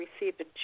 received